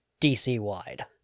DC-wide